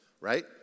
Right